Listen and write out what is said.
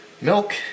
milk